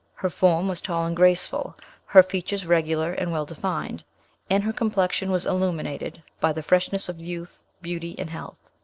her form was tall and graceful her features regular and well defined and her complexion was illuminated by the freshness of youth, beauty, and health.